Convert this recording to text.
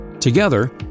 Together